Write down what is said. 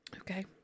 Okay